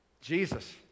Jesus